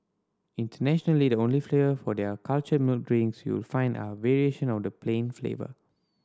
internationally the only flavour for their cultured milk drinks you will find are variation of the plain flavour